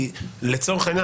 ולצורך העניין,